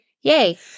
Yay